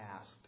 asked